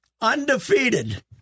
undefeated